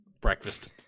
breakfast